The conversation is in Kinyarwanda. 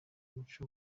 umuco